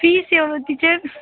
fees எவ்வளோ teacher